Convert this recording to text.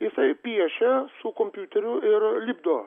jisai piešia su kompiuteriu ir lipdo